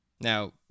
Now